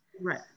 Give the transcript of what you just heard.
Right